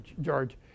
George